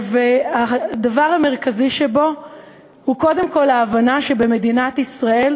הדבר המרכזי שבו הוא קודם כול ההבנה שבמדינת ישראל